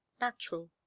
natural